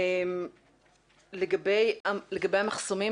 לגבי המחסומים,